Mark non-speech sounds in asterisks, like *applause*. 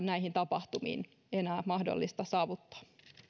*unintelligible* näihin tapahtumiin saavuttaa